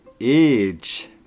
age